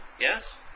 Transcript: yes